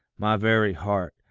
my very heart,